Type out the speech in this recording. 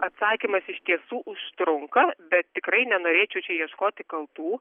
atsakymas iš tiesų užtrunka bet tikrai nenorėčiau čia ieškoti kaltų